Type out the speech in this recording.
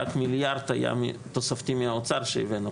רק מיליארד היה תוספתי מהאוצר שהבאנו.